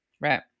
Right